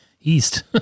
East